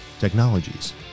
technologies